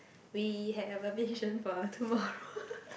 we have a vision for tomorrow